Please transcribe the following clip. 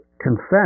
consent